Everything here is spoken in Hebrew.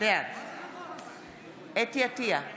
בעד חוה אתי עטייה,